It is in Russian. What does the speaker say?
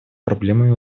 проблемами